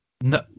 No